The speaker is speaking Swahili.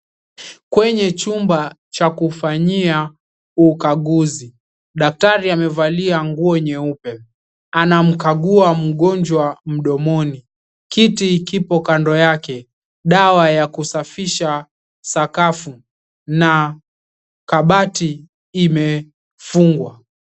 Kwenye chumba cha kufanyia ukaguzi, daktari amevalia nguo nyeupe. Anamkagua mgojwa mdomoni. Kiti kipo kando yake. Dawa ya kusafisha sakafu na kabati imefungwa.